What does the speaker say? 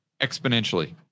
exponentially